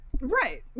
Right